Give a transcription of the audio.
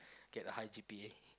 get a high G_P_A